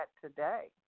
today